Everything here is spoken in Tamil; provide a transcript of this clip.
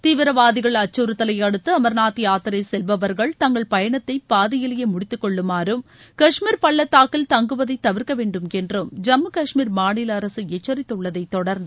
தீவிரவாதிகள் அச்சுறுத்தலை அடுத்து அமர்நாத் யாத்திரை செல்பவர்கள் தங்கள் பயணத்தை பாதியிலேயே முடித்துக்கொள்ளுமாறும் காஷ்மீர் பள்ளத்தாக்கில் தங்குவதை தவிர்க்க வேண்டும் என்றும் ஜம்மு காஷ்மீர் மாநில அரசு எச்சரித்துள்ளதை தொடர்ந்து